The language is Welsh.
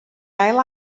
ail